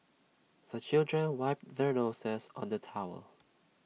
the children wipe their noses on the towel